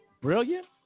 Brilliant